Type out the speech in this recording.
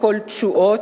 לקול תשואות.